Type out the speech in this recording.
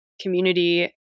community